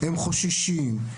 הם חוששים,